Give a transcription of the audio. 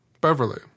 Beverly